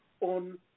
on